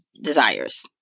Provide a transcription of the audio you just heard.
desires